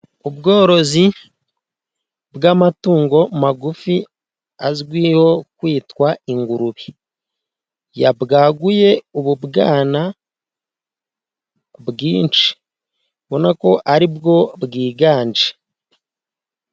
Ubworozi bw'amatungo magufi, azwiho kwitwa ingurube. Yabwaguye ububwana bwinshi. Ubona ko aribwo bwiganje.